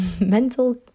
mental